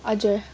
हजुर